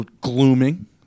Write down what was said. glooming